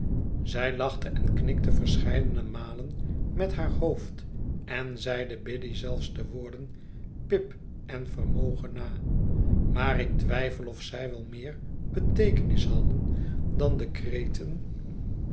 zij lachte en knikte verscheidene malen met haar hoofd en zeide biddy zelfs de woorden pip en vermogen na maar ik twijfel of zij wel meer beteekenis hadden dan